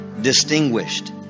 distinguished